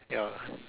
ya